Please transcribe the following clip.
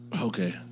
Okay